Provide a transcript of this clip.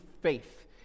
faith